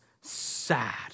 sad